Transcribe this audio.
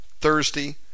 Thursday